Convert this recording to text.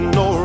no